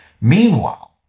Meanwhile